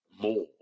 more